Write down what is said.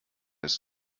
ist